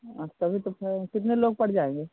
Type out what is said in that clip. हाँ तभी तो कह रहे कितने लोग पड़ जाएँगे